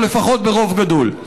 או לפחות ברוב גדול.